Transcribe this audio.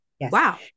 Wow